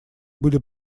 были